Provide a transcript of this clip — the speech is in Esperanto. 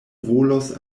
volos